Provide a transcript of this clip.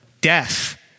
death